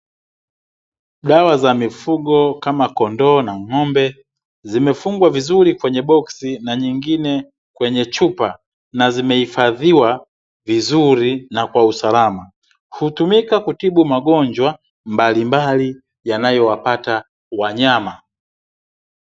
Dawa za mifugo kama kondoo na ng'ombe, zimefungwa vizuri kwenye boksi na nyingine kwenye chupa na zimehifadhiwa vizuri na kwa usalama. Hutumika kutibu magonjwa mbalimbali yanayowapata wanyama.